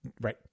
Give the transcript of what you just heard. Right